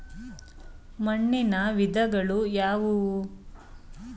ಮಣ್ಣಿನ ವಿಧಗಳು ಯಾವುವು?